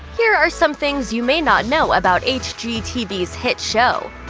here are some things you may not know about hgtv's hit show.